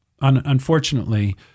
unfortunately